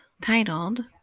titled